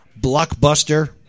blockbuster